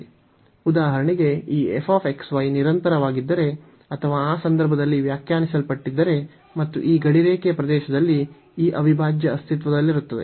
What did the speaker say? ಉದಾಹರಣೆಗೆ ಈ f x y ನಿರಂತರವಾಗಿದ್ದರೆ ಅಥವಾ ಆ ಸಂದರ್ಭದಲ್ಲಿ ವ್ಯಾಖ್ಯಾನಿಸಲ್ಪಟ್ಟಿದ್ದರೆ ಮತ್ತು ಈ ಗಡಿರೇಖೆಯ ಪ್ರದೇಶದಲ್ಲಿ ಈ ಅವಿಭಾಜ್ಯ ಅಸ್ತಿತ್ವದಲ್ಲಿರುತ್ತದೆ